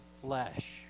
flesh